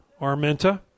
Armenta